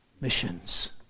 missions